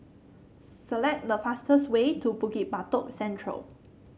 select the fastest way to Bukit Batok Central